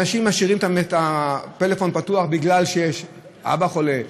אנשים משאירים טלפון פתוח בגלל שיש אבא חולה,